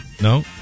no